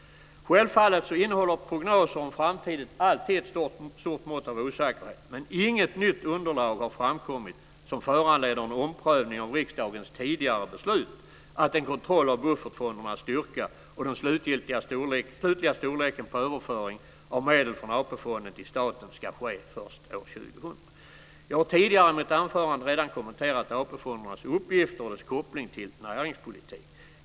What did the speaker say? Självfallet innehåller prognoser om framtiden alltid ett stort mått av osäkerhet. Men inget nytt underlag har framkommit som föranleder en omprövning av riksdagens tidigare beslut att en kontroll av buffertfondernas styrka och den slutliga storleken på överföringen av medel från AP-fonden till staten ska ske först år 2004. Jag har tidigare i mitt anförande redan kommenterat AP-fondernas uppgifter och deras koppling till näringspolitik.